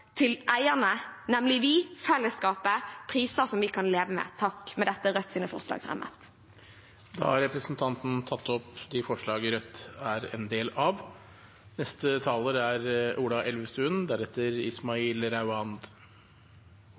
til fornuftige priser til eierne – nemlig vi, fellesskapet, og til priser som vi kan leve med. Med dette tar jeg opp de forslagene Rødt har